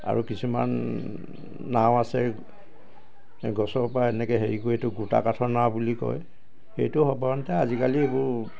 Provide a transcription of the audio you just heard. আৰু কিছুমান নাও আছে গছৰ পৰা এনেকৈ হেৰি কৰি এইটো গোটা কাঠৰ নাও বুলি কয় সেইটো সৰ্বসাধাৰণতে আজিকালি এইবোৰ